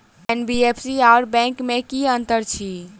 NBFC आओर bank मे की अंतर अछि?